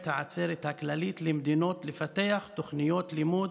העצרת הכללית למדינות לפתח תוכניות לימוד